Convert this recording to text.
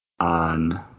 on